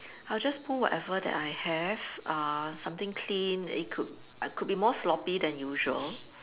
I'll just pull whatever that I have uh something clean it could could be more sloppy than usual